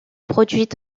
produite